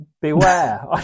Beware